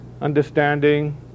understanding